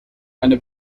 eine